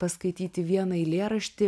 paskaityti vieną eilėraštį